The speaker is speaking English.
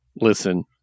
Listen